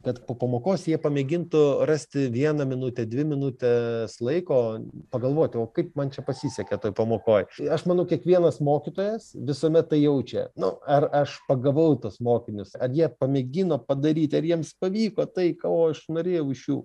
kad po pamokos jie pamėgintų rasti vieną minutę dvi minutes laiko pagalvoti o kaip man čia pasisekė toj pamokoj aš manau kiekvienas mokytojas visuomet tai jaučia nu ar aš pagavau tuos mokinius ar jie pamėgino padaryti ar jiems pavyko tai ko aš norėjau iš jų